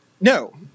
No